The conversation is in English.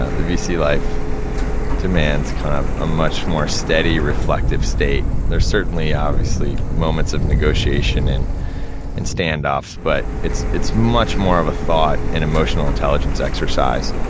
ah the vc life demands kind of a much more steady, reflective state. there's certainly, obviously, moments of negotiation and and standoffs, but it's it's much more of a thought, and emotional intelligence exercise.